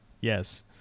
Yes